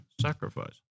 sacrifice